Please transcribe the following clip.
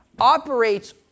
operates